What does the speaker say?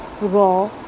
Raw